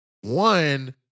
one